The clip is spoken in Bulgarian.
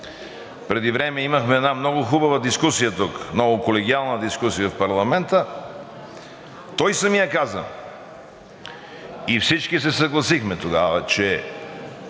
преди време имахме една много хубава дискусия тук, много колегиална дискусия в парламента. Той самият каза и всички се съгласихме тогава, че